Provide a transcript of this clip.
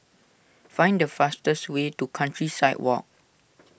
find the fastest way to Countryside Walk